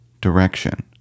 direction